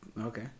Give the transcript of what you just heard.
Okay